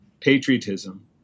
patriotism